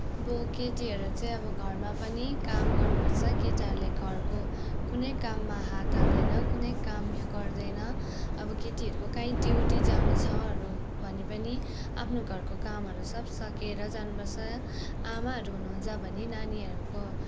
अब केटीहरू चाहिँ अब घरमा पनि काम गर्नुपर्छ केटाहरूले घरको कुनै काममा हात हाल्दैन कुनै काम गर्दैन अब केटीहरूको कहीँ ड्युटी जानु छहरू भने पनि आफ्नो घरको कामहरू सब सकेर जानुपर्छ आमाहरू हुनुहुन्छ भने नानीहरूको